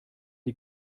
die